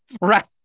Right